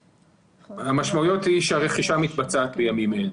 המשמעויות הן שהרכישה מתבצעת בימים אלה.